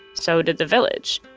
so did the village.